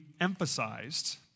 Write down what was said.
emphasized